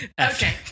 Okay